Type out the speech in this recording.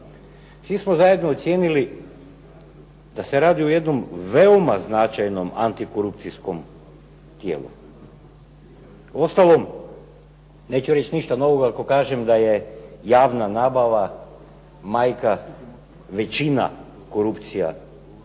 svi smo zajedno ocijenili da se radi o jednom veoma značajnom antikorupcijskom tijelu. Uostalom neću reći ništa novoga ako kažem da je javna nabava majka većina korupcija